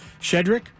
shedrick